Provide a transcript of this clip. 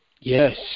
Yes